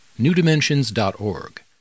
newdimensions.org